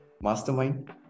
mastermind